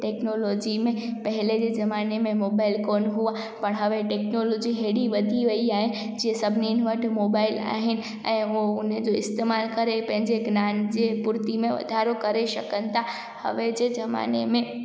technology में पहले जे ज़माने में मोबाइल कोन हुआ पर हवे टेक्नोलॉजी हेॾी वधी वेई आहे जीअं सभिनिनि वटि मोबाइल आहिनि ऐं उहो हुनजो इस्तेमालु करे पंहिंजे ज्ञान जे पूर्ति में वधारो करे सकनि था हवे जे ज़माने में